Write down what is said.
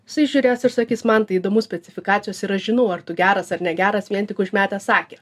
jisai žiūrės ir sakys man tai įdomu specifikacijos ir aš žinau ar tu geras ar negeras vien tik užmetęs akį